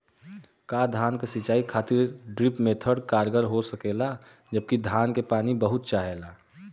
का धान क सिंचाई खातिर ड्रिप मेथड कारगर हो सकेला जबकि धान के पानी बहुत चाहेला?